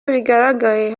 bigaragaye